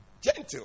Gentle